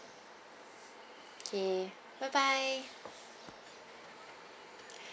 okay bye bye